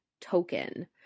token